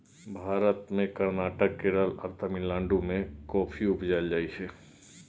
भारत मे कर्नाटक, केरल आ तमिलनाडु मे कॉफी उपजाएल जाइ छै